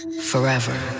forever